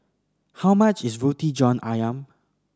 how much is Roti John Ayam